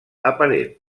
aparent